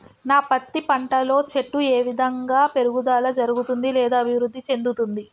నా పత్తి పంట లో చెట్టు ఏ విధంగా పెరుగుదల జరుగుతుంది లేదా అభివృద్ధి చెందుతుంది?